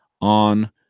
on